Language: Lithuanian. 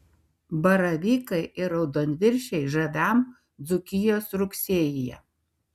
baravykai ir raudonviršiai žaviam dzūkijos rugsėjyje